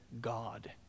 God